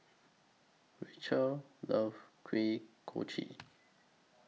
Rachel loves Kuih Kochi